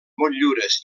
motllures